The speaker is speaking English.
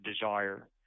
desire